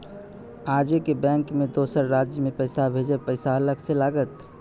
आजे के बैंक मे दोसर राज्य मे पैसा भेजबऽ पैसा अलग से लागत?